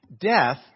Death